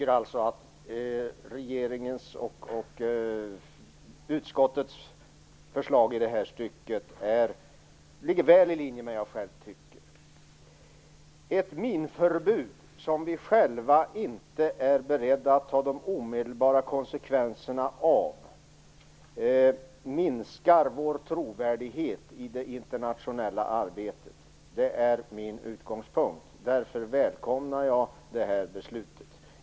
Regeringens och utskottets förslag i det här stycket ligger alltså väl i linje med vad jag själv tycker. Ett minförbud som vi själva inte är beredda att ta de omedelbara konsekvenserna av minskar vår trovärdighet i det internationella arbetet. Det är min utgångspunkt. Därför välkomnar jag det här beslutet.